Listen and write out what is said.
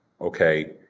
okay